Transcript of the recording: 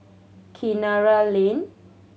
Kinara Lane